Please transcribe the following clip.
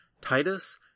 Titus